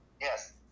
Yes